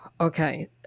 Okay